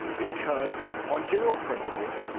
because, on general principles,